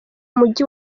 mujyi